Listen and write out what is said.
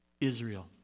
Israel